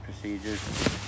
procedures